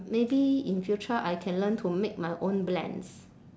maybe in future I can learn to make my own blends